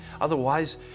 Otherwise